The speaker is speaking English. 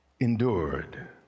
endured